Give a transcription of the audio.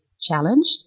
challenged